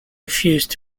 refused